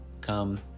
come